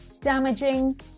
damaging